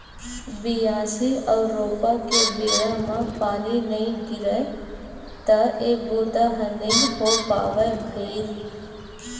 बियासी अउ रोपा के बेरा म पानी नइ गिरय त ए बूता ह नइ हो पावय भइर